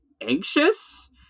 anxious